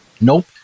Nope